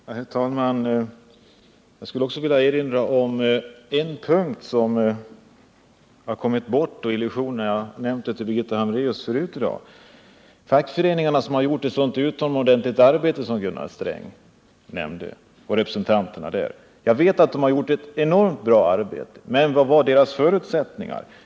Herr talman! Jag skulle också vilja erinra om en punkt som har kommit bort. Jag har nämnt det för Birgitta Hambraeus tidigare i dag. Fackföreningarna och deras representanter på platsen har gjort ett utomordentligt arbete, som Gunnar Sträng nämnde. Jag vet att de har gjort ett enormt bra arbete, men vilka var deras förutsättningar?